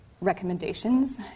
recommendations